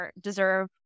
deserve